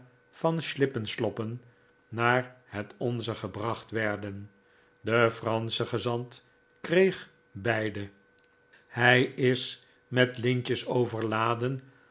van schlippenschloppen naar het onze gebracht werden de fransche gezant kreeg beide hij is met lintjes overladen